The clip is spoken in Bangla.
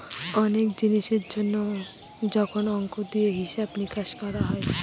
অনেক জিনিসের জন্য যখন অংক দিয়ে হিসাব নিকাশ করা হয়